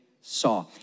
saw